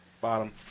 Bottom